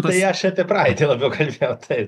tai aš apie praeiti labiau kalbėjau taip taip